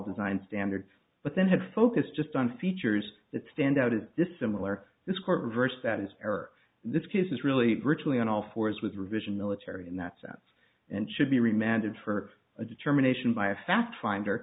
design standard but then had focus just on features that stand out as dissimilar this court reversed that is error this case is really virtually on all fours with revision military in that sense and should be remanded for a determination by a fast finder